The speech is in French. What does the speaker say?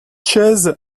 chaises